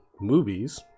movies